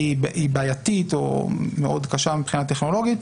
היא בעייתית או מאוד קשה מבחינה טכנולוגית,